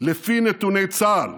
לפי נתוני צה"ל,